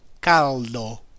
Caldo